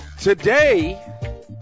Today